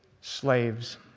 slaves